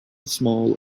small